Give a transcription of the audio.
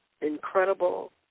incredible